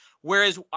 Whereas